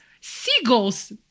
seagulls